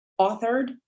authored